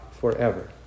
forever